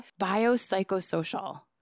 Biopsychosocial